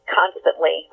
constantly